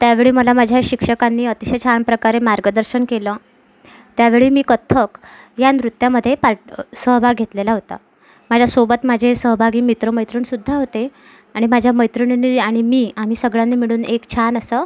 त्यावेळी मला माझ्या शिक्षकांनी अतिशय छान प्रकारे मार्गदर्शन केलं त्यावेळी मी कथ्थक या नृत्यामध्ये पार्ट सहभाग घेतलेला होता माझ्यासोबत माझे सहभागी मित्र मैत्रीणसुद्धा होते आणि माझ्या मैत्रिणींनी आणि मी आम्ही सगळ्यांनी मिळून एक छान असं